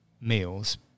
meals